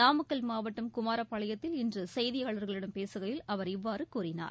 நாமக்கல் மாவட்டம் குமாரபாளையத்தில் இன்று செய்தியாளர்களிடம் பேசுகையில் அவர் இவ்வாறு கூறினார்